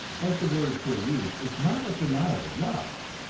as the word is here used, is not a denial of love,